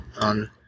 on